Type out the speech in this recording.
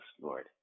Lord